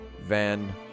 Van